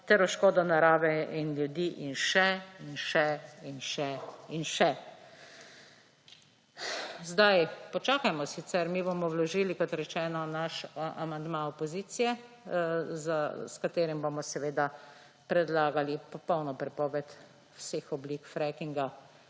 ter v škodo narave in ljudi, in še in še in še in še. Zdaj počakajmo. Mi bomo sicer vložili, kot rečeno, amandma opozicije, s katerim bomo predlagali popolno prepoved vseh oblik frackinga,